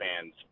fans